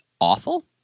awful